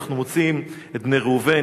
אנחנו מוצאים את בני ראובן,